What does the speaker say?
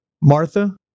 Martha